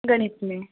गणित में